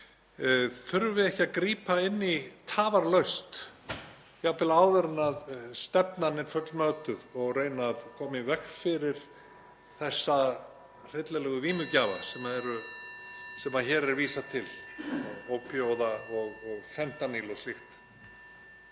Þurfum við ekki að grípa inn í tafarlaust, jafnvel áður en stefnan er fullmótuð, og reyna að koma í veg fyrir þessa hryllilegu vímugjafa sem hér er vísað til, ópíóíða og fentanýl og slíkt?